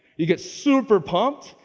you get super pumped.